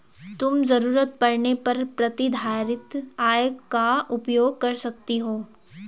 तुम ज़रूरत पड़ने पर प्रतिधारित आय का उपयोग कर सकती हो